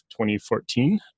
2014